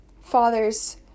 Father's